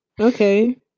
Okay